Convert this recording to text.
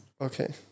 Okay